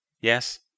Yes